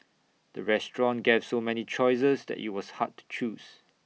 the restaurant gave so many choices that IT was hard to choose